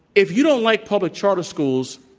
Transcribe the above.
if you don't like public charter schools,